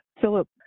Philip